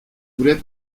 voulait